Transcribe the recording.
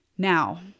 Now